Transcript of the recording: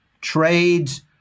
trades